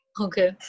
Okay